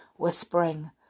whispering